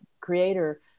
creator